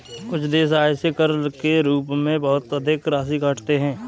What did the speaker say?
कुछ देश आय से कर के रूप में बहुत अधिक राशि काटते हैं